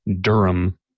Durham